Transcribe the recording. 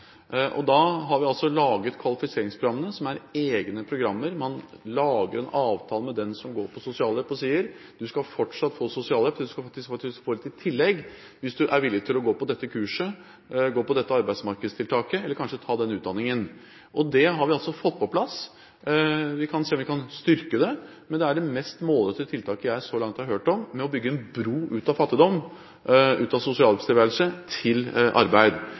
Da har vi laget kvalifiseringsprogrammene, som er egne programmer. Man lager en avtale med den som går på sosialhjelp, og sier: Du skal fortsatt få sosialhjelp, du skal faktisk få litt i tillegg hvis du er villig til å gå på dette kurset, gå på dette arbeidsmarkedstiltaket, eller kanskje ta den utdanningen. Det har vi altså fått på plass. Vi kan se om vi kan styrke det, men det er det mest målrettede tiltaket jeg så langt har hørt om – bygge en bro ut av fattigdom, ut av sosialhjelpstilværelse, til arbeid.